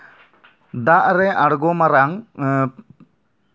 ᱫᱟᱜ ᱨᱮ ᱟᱬᱜᱚ ᱢᱟᱲᱟᱝ